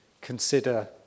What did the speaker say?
consider